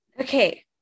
Okay